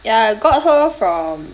ya got her from